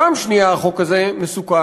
פעם שנייה החוק הזה מסוכן